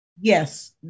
Yes